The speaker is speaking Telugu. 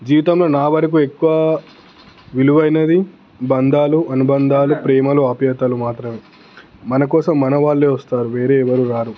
జీవితంలో నా వరకు ఎక్కువ విలువైనది బంధాలు అనుబంధాలు ప్రేమలు ఆప్యాయతలు మాత్రమే మన కోసం మనవాళ్ళే వస్తారు వేరే ఎవరు రారు